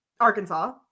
Arkansas